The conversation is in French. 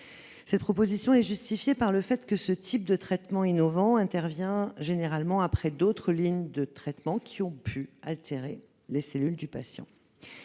Cette proposition est justifiée par le fait que ce type de traitement innovant intervient généralement après d'autres lignes de traitement, lesquelles ont pu altérer les cellules du patient.